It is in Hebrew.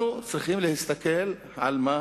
אנחנו צריכים להסתכל על מה